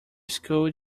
school